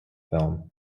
film